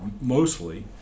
mostly